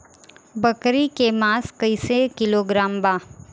बकरी के मांस कईसे किलोग्राम बा?